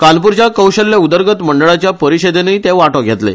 कानपूरच्या कौशल्य उदरगत मंडळाच्या परिशदेनूय ते वांटो घेतले